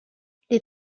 les